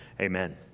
Amen